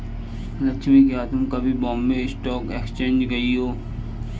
लक्ष्मी, क्या तुम कभी बॉम्बे स्टॉक एक्सचेंज गई हो?